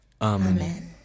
Amen